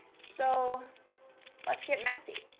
so let's get messy